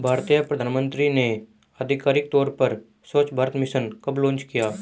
भारतीय प्रधानमंत्री ने आधिकारिक तौर पर स्वच्छ भारत मिशन कब लॉन्च किया?